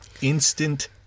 instant